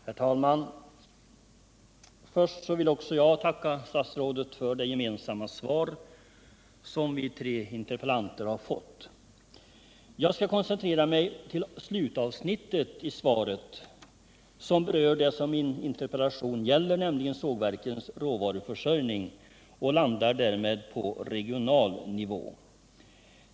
Herr talman! Först vill också jag tacka statsrådet för det gemensamma svar som vi tre interpellanter fått. Jag skall koncentrera mig till slutavsnittet i svaret, som berör det som min interpellation gäller, nämligen sågverkens råvaruförsörjning, och landar därmed på regional nivå.